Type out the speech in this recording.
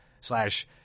Slash